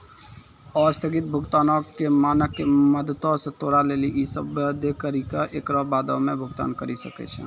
अस्थगित भुगतानो के मानक के मदतो से तोरा लेली इ सेबा दै करि के एकरा बादो मे भुगतान करि सकै छै